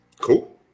Cool